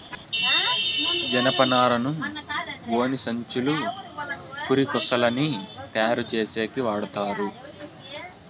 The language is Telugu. జనపనారను గోనిసంచులు, పురికొసలని తయారు చేసేకి వాడతారు